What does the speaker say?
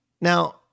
Now